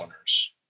owners